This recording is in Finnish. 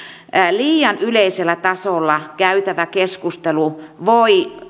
liian yleisellä tasolla käytävään keskusteluun voi